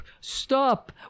stop